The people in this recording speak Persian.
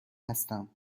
هستم